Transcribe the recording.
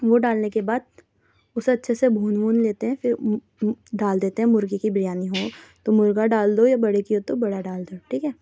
وہ ڈالنے کے بعد اسے اچھے سے بھون وون لیتے ہیں پھر ڈال دیتے ہیں مرغے کی بریانی ہو تو مرغہ ڈال دو یا بڑے کی ہو تو بڑا ڈال دو ٹھیک ہے